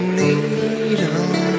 needle